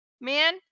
man